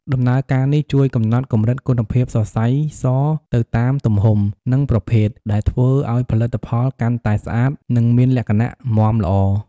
ដំណើរការនេះជួយកំណត់កម្រិតគុណភាពសរសៃសទៅតាមទំហំ និងប្រភេទ ដែលធ្វើឱ្យផលិតផលកាន់តែស្អាត និងមានលក្ខណៈមាំល្អ។